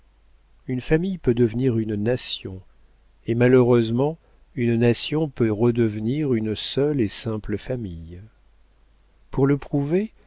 une famille peut devenir une nation et malheureusement une nation peut redevenir une seule et simple famille pour le prouver